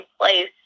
place